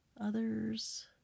others